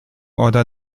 oder